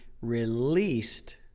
released